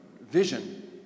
vision